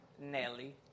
Nelly